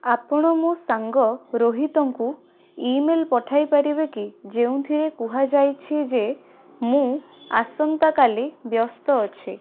ଆପଣ ମୋ ସାଙ୍ଗ ରୋହିତଙ୍କୁ ଇମେଲ୍ ପଠାଇପାରିବେ କି ଯେଉଁଥିରେ କୁହାଯାଇଛି ଯେ ମୁଁ ଆସନ୍ତା କାଲି ବ୍ୟସ୍ତ ଅଛି